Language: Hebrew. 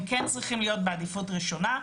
הם כן צריכים להיות בעדיפות ראשונה,